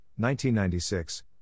1996